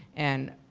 and,